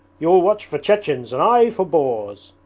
you'll watch for chechens and i for boars